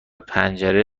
پنجره